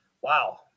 Wow